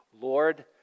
Lord